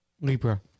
Libra